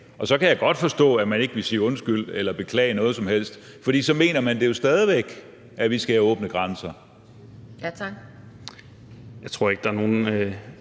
Og så kan jeg godt forstå, at man ikke vil sige undskyld eller beklage noget som helst, for så mener man det jo stadig væk, altså at vi skal have åbne grænser.